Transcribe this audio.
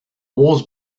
wars